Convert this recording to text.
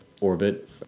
orbit